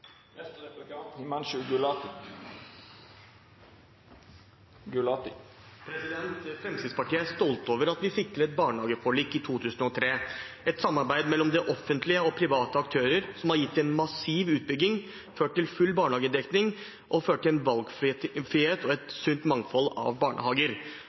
Fremskrittspartiet er stolt over at vi fikk til et barnehageforlik i 2003 – et samarbeid mellom det offentlige og private aktører som har gitt en massiv utbygging, ført til full barnehagedekning og til valgfrihet og et sunt mangfold av barnehager.